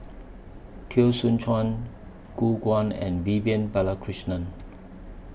Teo Soon Chuan Gu Guan and Vivian Balakrishnan